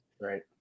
Right